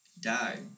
die